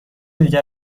دیگر